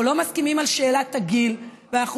אנחנו לא מסכימים על שאלת הגיל ואנחנו